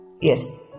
Yes